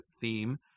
theme